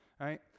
right